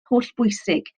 hollbwysig